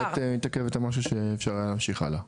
את מתעכבת על משהו שאפשר היה להמשיך הלאה,